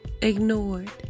ignored